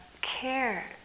care